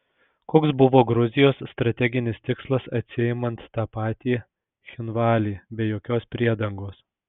koks buvo gruzijos strateginis tikslas atsiimant tą patį cchinvalį be jokios priedangos